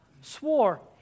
swore